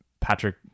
Patrick